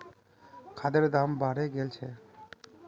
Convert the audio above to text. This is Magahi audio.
खादेर दाम बढ़े गेल छे